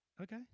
Okay